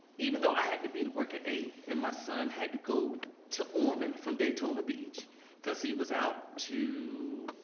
even though i had to be to work at eight and my son had to go to ormand from daytona beach because he was out to.